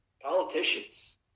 politicians